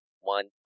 one